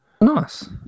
Nice